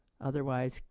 Otherwise